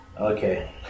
Okay